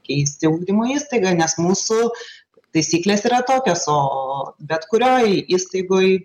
keisti ugdymo įstaigą nes mūsų taisyklės yra tokios o bet kurioj įstaigoj